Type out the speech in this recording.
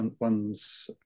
one's